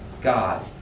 God